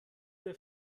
der